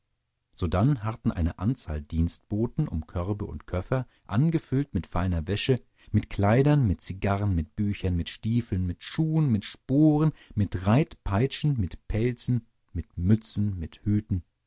sodann harrten eine anzahl dienstboten um körbe und koffer angefüllt mit feiner wäsche mit kleidern mit zigarren mit büchern mit stiefeln mit schuhen mit sporen mit reitpeitschen mit pelzen mit mützen mit hüten